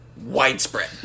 widespread